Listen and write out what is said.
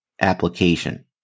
application